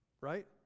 right